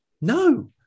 No